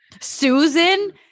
Susan